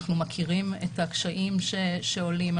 אנחנו מכירים את הקשיים שעולים.